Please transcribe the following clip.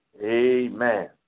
Amen